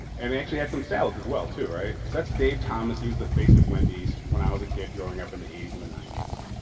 and they actually had some salads as well too, right? that's dave thomas. he was the face of wendy's when i was a kid growing up in the eighty s and the ninety s.